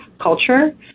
culture